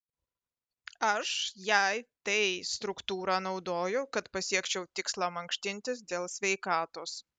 aš jei tai struktūrą naudoju kad pasiekčiau tikslą mankštintis dėl sveikatos